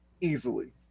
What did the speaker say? easily